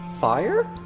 Fire